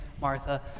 Martha